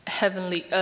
heavenly